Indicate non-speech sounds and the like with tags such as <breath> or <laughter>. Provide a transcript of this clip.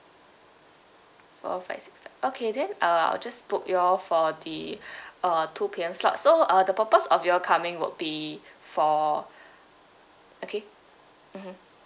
four five six five okay then uh I'll just book you all for the <breath> uh two P_M slot so uh the purpose of your coming would be for <breath> okay mmhmm